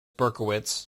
berkowitz